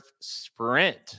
sprint